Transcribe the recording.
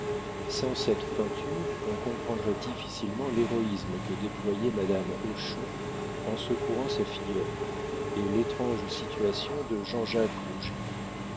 sans cette peinture on comprendrait difficilement l'héroïsme que déployait madame hochon en secourant sa filleule et l'étrange situation de